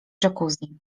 jacuzzi